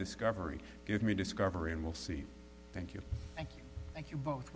discovery give me discovery and we'll see thank you thank you